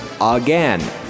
again